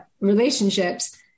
relationships